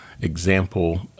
example